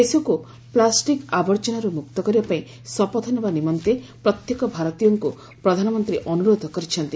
ଦେଶକୁ ପ୍ଲାଷ୍ଟିକ୍ ଆବର୍ଜନାରୁ ମୁକ୍ତ କରିବା ପାଇଁ ଶପଥ ନେବା ନିମନ୍ତେ ପ୍ରତ୍ୟେକ ଭାରତୀୟଙ୍କୁ ପ୍ରଧାନମନ୍ତ୍ରୀ ଅନୁରୋଧ କରିଛନ୍ତି